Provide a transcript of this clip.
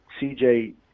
CJ